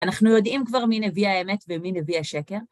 אנחנו יודעים כבר מי נביא האמת ומי נביא השקר.